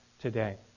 today